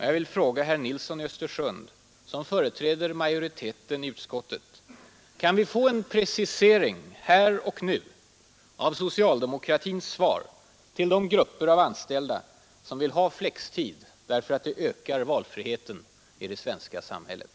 Jag vill fråga herr Nilsson i Östersund som företräder majoriteten i utskottet: Kan vi få en precisering, här och nu, av socialdemokratins svar till de grupper av anställda som vill ha flextid därför att det ökar valfriheten i det svenska samhället?